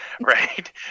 Right